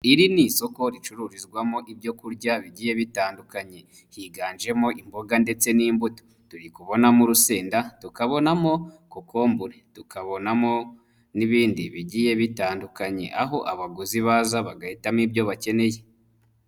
Iri ni isoko ricururizwamo ibyokurya bigiye bitandukanye, higanjemo imboga ndetse n'imbuto, turikubonamo urusenda, tukabonamo kokombure, tukabonamo n'ibindi bigiye bitandukanye, aho abaguzi baza bagahitamo ibyo bakeneye.